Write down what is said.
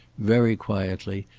very quietly,